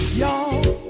y'all